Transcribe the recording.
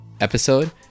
episode